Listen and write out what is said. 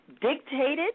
dictated